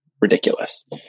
ridiculous